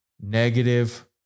negative